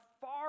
far